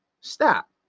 Stop